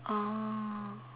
oh